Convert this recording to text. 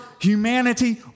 humanity